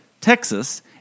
Texas